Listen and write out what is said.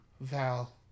Val